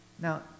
Now